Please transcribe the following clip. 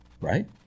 right